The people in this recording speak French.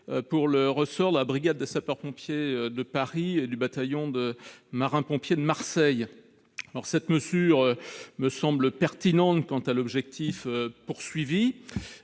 dans les ressorts de la brigade des sapeurs-pompiers de Paris et du bataillon de marins-pompiers de Marseille. Cette mesure me semble pertinente quant à l'objectif. Il s'agit